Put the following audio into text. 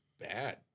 bad